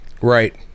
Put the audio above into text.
Right